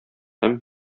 һәм